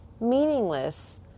meaningless